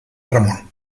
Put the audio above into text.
ramón